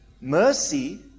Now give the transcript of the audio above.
mercy